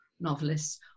novelists